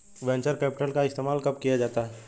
Venture capital का इस्तेमाल कब किया जाता है?